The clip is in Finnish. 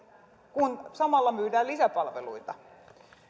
kun samalla myydään lisäpalveluita